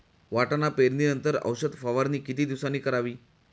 वाटाणा पेरणी नंतर औषध फवारणी किती दिवसांनी करावी?